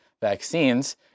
vaccines